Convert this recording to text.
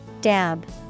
Dab